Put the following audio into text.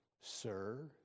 sir